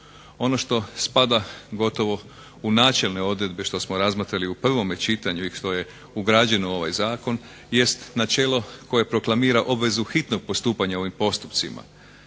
Ono što spada gotovo u načelne odredbe što smo razmotrili u prvome čitanju i što je ugrađeno u ovaj zakon jest načelo koje proklamira obvezu hitnog postupanja u ovim postupcima.